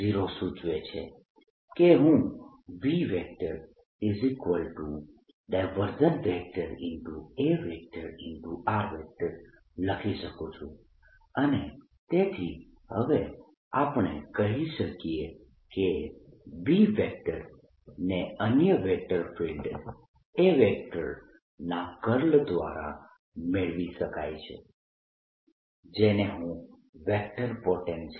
B0 સૂચવે છે કે હું BA લખી શકું છું અને તેથી હવે આપણે કહી શકીએ કે B ને અન્ય વેક્ટર ફિલ્ડ A ના કર્લ દ્વારા મેળવી શકાય છે જેને હું વેક્ટર પોટેન્શિયલ કહીશ